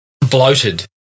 bloated